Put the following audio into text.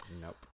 Nope